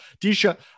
Disha